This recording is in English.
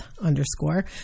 underscore